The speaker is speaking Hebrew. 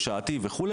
שעתי וכו',